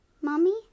Mommy